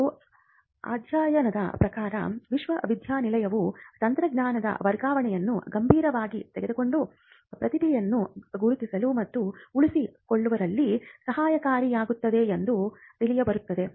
ಒಂದು ಅಧ್ಯಯನದ ಪ್ರಕಾರ ವಿಶ್ವವಿದ್ಯಾನಿಲಯವು ತಂತ್ರಜ್ಞಾನದ ವರ್ಗಾವಣೆಯನ್ನು ಗಂಭೀರವಾಗಿ ತೆಗೆದುಕೊಂಡರೆ ಪ್ರತಿಭೆಯನ್ನು ಗುರುತಿಸುವಲ್ಲಿ ಮತ್ತು ಉಳಿಸಿಕೊಳ್ಳುವಲ್ಲಿ ಸಹಕಾರಿಯಾಗುತ್ತದೆ ಎಂದು ತಿಳಿದುಬರುತ್ತದೆ